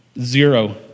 Zero